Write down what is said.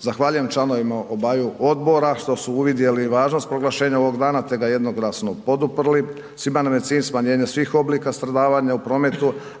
Zahvaljujem članovima obaju odbora što su uvidjeli važnost proglašenja ovog dana te ga jednoglasno poduprli. Svima nam je cilj smanjenje svih oblika stradavanja u prometu,